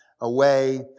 away